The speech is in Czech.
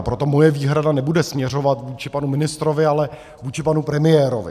Proto moje výhrada nebude směřovat vůči panu ministrovi, ale vůči panu premiérovi.